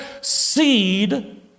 seed